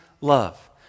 love